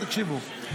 מאיר, תקשיבו,